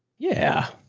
yeah,